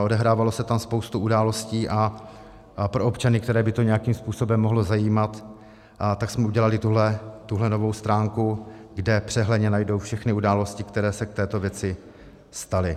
Odehrávala se tam spousta událostí a pro občany, které by to nějakým způsobem mohlo zajímat, jsme udělali tuhle novou stránku, kde přehledně najdou všechny události, které se k této věci staly.